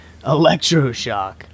electroshock